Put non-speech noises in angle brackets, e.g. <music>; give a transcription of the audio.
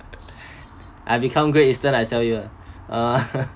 I become great eastern I sell you ah <laughs>